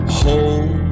hold